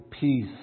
peace